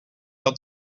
out